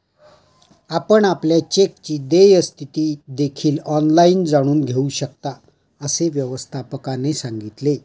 आपण आपल्या चेक देयची स्थिती देखील ऑनलाइन जाणून घेऊ शकता, असे व्यवस्थापकाने सांगितले